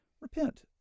repent